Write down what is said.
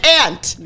aunt